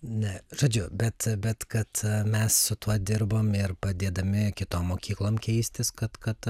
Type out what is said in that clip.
ne žodžiu bet bet kad mes su tuo dirbom ir padėdami kitom mokyklom keistis kad kad